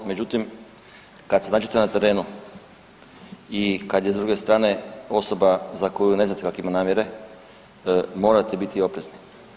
Međutim kada se nađete na terenu i kada je s druge strane osoba za koju ne znate kakve ima namjere morate biti oprezni.